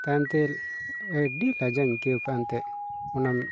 ᱛᱟᱭᱚᱢᱛᱮ ᱟᱹᱰᱤ ᱞᱟᱡᱟᱣᱤᱧ ᱟᱹᱭᱠᱟᱹᱣ ᱠᱟᱜᱼᱟ ᱮᱱᱛᱮᱫ